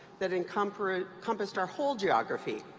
that encompassed that encompassed our whole geography,